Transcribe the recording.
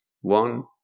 One